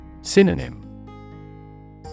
Synonym